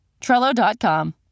Trello.com